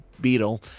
beetle